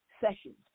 sessions